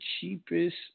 cheapest